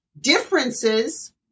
differences